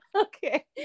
okay